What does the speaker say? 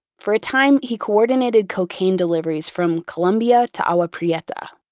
for a time he coordinated cocaine deliveries from colombia to agua prieta.